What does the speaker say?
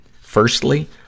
Firstly